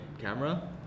camera